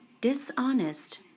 Dishonest